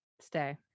stay